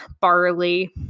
barley